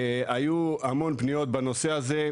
היו המון פניות בנושא הזה,